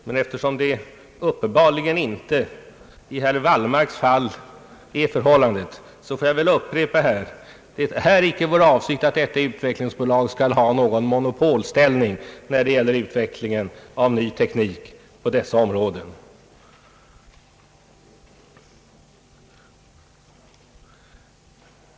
Men eftersom så uppenbarligen inte är förhållandet i herr Wallmarks fall, får jag alltså upprepa att avsikten inte är att detta utvecklingsbolag skall få någon monopolställning när det gäller utvecklingen av ny teknik på dessa områden.